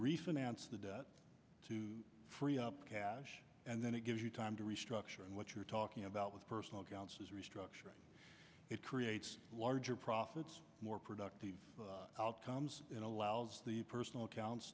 refinance the debt to free up cash and then it gives you time to restructure and what you're talking about with personal accounts is restructuring it creates larger profits more productive outcomes and allows the personal accounts